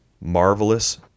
marvelous